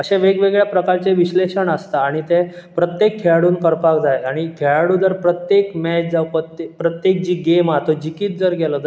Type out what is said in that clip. अश्या वेगवेगळ्या प्रकारचें विश्लेशण आसता आनी ते प्रत्येक खेळाडून करपाक जाय आनी खेळाडू जर प्रत्याक मॅच जावं पतेक प्रत्येक जी गॅम हा ती जिकीत जर गेलो जाल्यार मागीक तेका खंय तरी